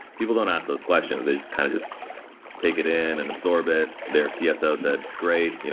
people don't ask those questions. they kind of just take it in and absorb it. their cso said, great.